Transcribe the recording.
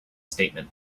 statement